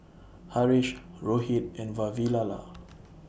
Haresh Rohit and Vavilala